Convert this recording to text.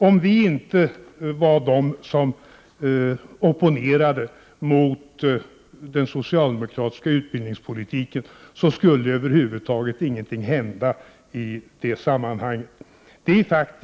Om vi inte hade opponerat oss mot den socialdemokratiska utbildningspolitiken, skulle över huvud taget ingenting ha hänt i det sammanhanget.